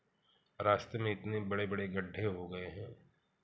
रास्ते में इतने बड़े बड़े गड्डे हो गएँ हैं